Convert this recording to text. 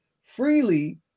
freely